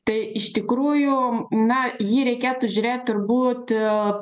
tai iš tikrųjų na jį reikėtų žiūrėt turbūt a